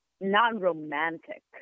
non-romantic